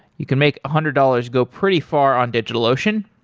you can make a hundred dollars go pretty far on digitalocean.